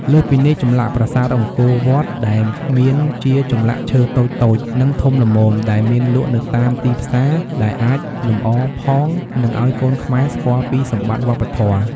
លើសពីនេះ ចម្លាក់ប្រាសាទអង្គវត្តដែលមានជាចម្លាក់ឈើតូចៗ និងធំល្មមដែលមានលក់នៅតាមទីផ្សារដែលអាចលំអរផង និងឲ្យកូនខ្មែរស្គាល់ពីសម្បត្តិវប្បធម៌។